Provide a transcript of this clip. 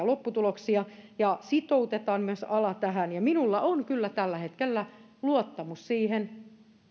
lopputuloksia ja sitoutetaan myös ala tähän minulla on kyllä tällä hetkellä luottamus siihen